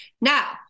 Now